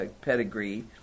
pedigree